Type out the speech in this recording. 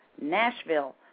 Nashville